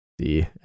see